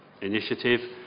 initiative